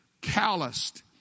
calloused